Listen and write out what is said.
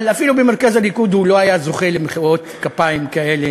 אבל אפילו במרכז הליכוד הוא לא היה זוכה למחיאות כפיים כאלה